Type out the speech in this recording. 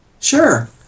Sure